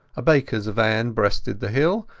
a bakeras van breasted the hill,